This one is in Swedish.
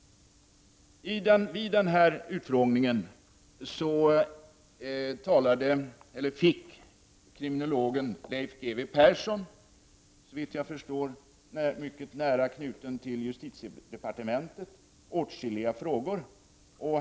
I den här utfrågningen fick kriminologen Leif G W Persson — såvitt jag förstår mycket nära knuten till justitiedepartementet — åtskilliga frågor.